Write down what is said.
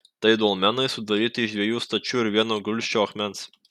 tai dolmenai sudaryti iš dviejų stačių ir vieno gulsčio akmens